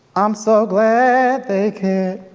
i'm so glad they cared,